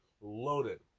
loaded